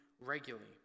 regularly